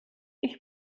ich